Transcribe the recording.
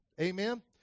Amen